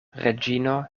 reĝino